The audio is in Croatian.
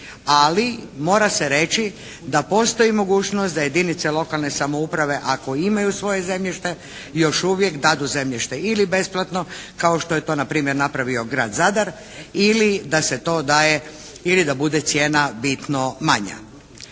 Ali mora se reći da postoji mogućnost da jedinice lokalne samouprave ako i imaju svoje zemljište još uvijek dadu zemljište ili besplatno kao što je to na primjer napravio grad Zadar ili da se to daje ili da bude cijena bitno manja.